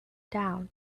down